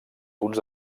punts